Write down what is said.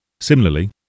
Similarly